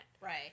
Right